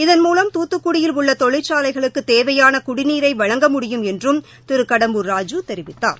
இதன்மூலம் துத்துக்குடியில் உள்ள தொழிற்சாலைகளுக்குத் தேவையான குடிநீர் வழங்க முடியும் என்றும் திரு கடம்பூர் ராஜூ தெரிவித்தார்